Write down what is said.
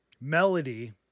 melody